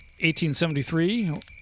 1873